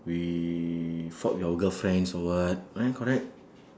we fought with our girlfriends or what am I correct